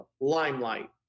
Limelight